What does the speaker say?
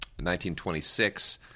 1926